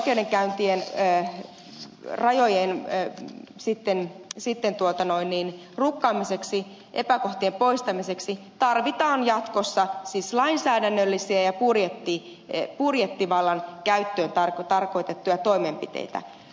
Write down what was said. näiden pitkien oikeudenkäyntien rajojen että sitten sitten tuota noin niin rukkaamiseksi epäkohtien poistamiseksi tarvitaan jatkossa lainsäädännöllisiä ja budjettivallan käyttöön tarkoitettuja toimenpiteitä